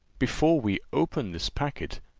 before we open this packet,